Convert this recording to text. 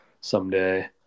someday